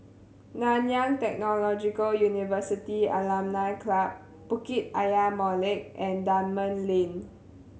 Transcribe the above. Nanyang Technological University Alumni Club Bukit Ayer Molek and Dunman Lane